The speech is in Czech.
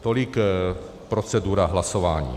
Tolik procedura hlasování.